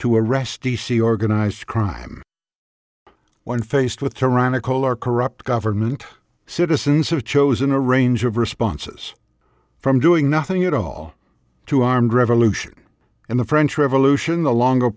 to arrest d c organized crime when faced with tyrannical our corrupt government citizens have chosen a range of responses from doing nothing at all to armed revolution and the french revolution the longer